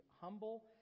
humble